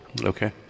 Okay